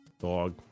Dog